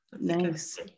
Nice